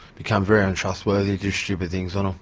become very untrustworthy, do stupid things on